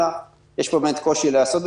אלא יש פה באמת קושי לעשות את זה.